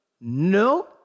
No